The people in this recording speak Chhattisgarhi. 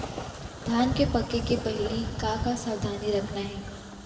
धान के पके के पहिली का का सावधानी रखना हे?